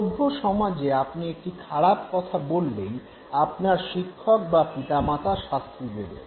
সভ্য সমাজে আপনি একটি খারাপ কথা বললেই আপনার শিক্ষক বা পিতামাতা শাস্তি দেবেন